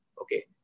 Okay